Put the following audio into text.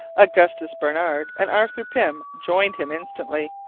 augustus barnard and arthur pym joined him instantly,